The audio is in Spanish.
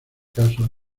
fracaso